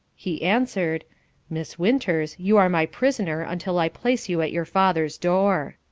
he answered miss winters, you are my prisoner until i place you at your father's, door.